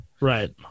Right